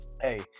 Hey